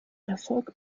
erfolg